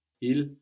Il